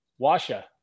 Washa